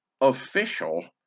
official